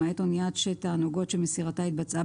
למעט אניית שיט תענוגות שמסירתה התבצעה